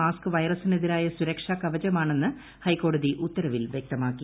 mask വൈറസിനെതിരായ സുരക്ഷാ കവചമാണെന്ന് ഹൈക്കോടതി ഉത്തരവിൽ വ്യക്തമാക്കി